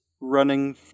running